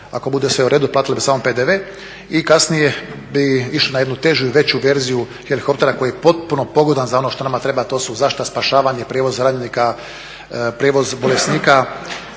ako bude sve u redu i platili bi samo PDV i kasnije bi išli na jednu težu i veću verziju helikoptera koji je potpuno pogodan za ono što nama treba, to su zaštita, spašavanje, prijevoz ranjenika, prijevoz bolesnika